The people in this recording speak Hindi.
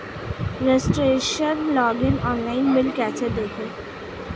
रजिस्ट्रेशन लॉगइन ऑनलाइन बिल कैसे देखें?